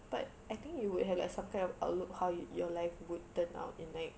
but I think you would have like some kind of outlook how your life would turn out in like